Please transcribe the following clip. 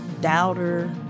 doubter